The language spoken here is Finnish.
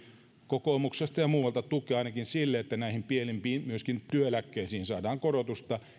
kokoomuksesta ja muualta tukea ainakin sille että näihin pienimpiin eläkkeisiin myöskin työeläkkeisiin saadaan korotusta